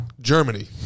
Germany